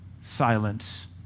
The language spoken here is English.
silence